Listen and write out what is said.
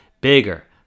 bigger